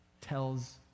tells